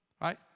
Right